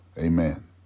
Amen